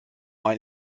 ein